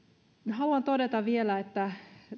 haluan todeta vielä että